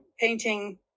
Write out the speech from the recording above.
painting